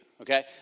okay